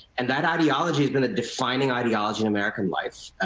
and that ideology has been a defining ideology in american life.